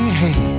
hey